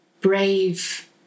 brave